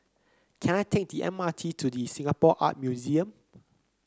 can I take the M R T to Singapore Art Museum